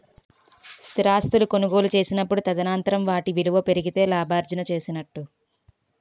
స్థిరాస్తులు కొనుగోలు చేసినప్పుడు తదనంతరం వాటి విలువ పెరిగితే లాభార్జన చేసినట్టు